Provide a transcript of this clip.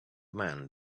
man